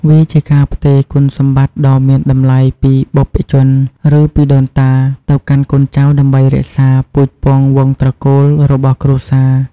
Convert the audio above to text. វាជាការផ្ទេរគុណសម្បត្តិដ៏មានតម្លៃពីបុព្វជន ឬពីដូនតា ទៅកាន់កូនចៅ ដើម្បីរក្សា ពូជពង្សវងត្រកូលរបស់គ្រួសារ។